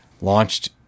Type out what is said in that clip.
launched